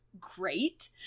great